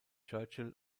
churchill